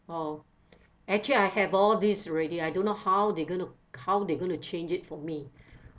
oh actually I have all these already I don't know how they gonna how they gonna to change it for me